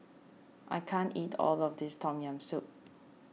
I can't eat all of this Tom Yam Soup